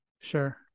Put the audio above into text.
Sure